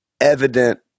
evident